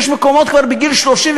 ויש מקומות שכבר בגיל 30,